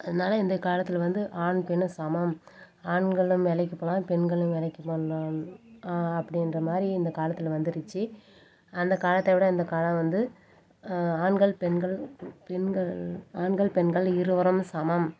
அதனால் இந்த காலத்தில் வந்து ஆண் பெண்ணும் சமம் ஆண்களும் வேலைக்கு போகலாம் பெண்களும் வேலைக்கு போகலாம் அப்படின்ற மாதிரி இந்த காலத்தில் வந்துருச்சு அந்த காலத்தை விட இந்த காலம் வந்து ஆண்கள் பெண்கள் பெண்கள் ஆண்கள் பெண்கள் இருவரும் சமம்